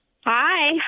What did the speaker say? Hi